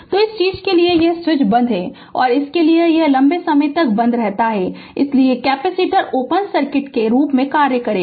तो इस चीज़ के लिए स्विच बंद है और इसके लिए यह लंबे समय तक बंद रहता है इसलिए कैपेसिटर ओपन सर्किट के रूप में कार्य करेगा